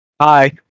Hi